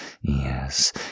Yes